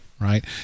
Right